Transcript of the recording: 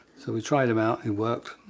so we tried him out, it worked,